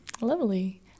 Lovely